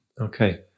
Okay